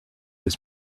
his